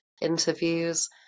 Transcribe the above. interviews